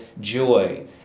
joy